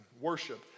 worship